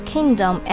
Kingdom